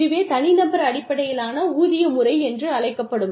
இதுவே தனிநபர் அடிப்படையிலான ஊதிய முறை என்று அழைக்கப்படும்